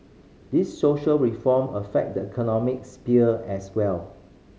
these social reform affect the economic sphere as well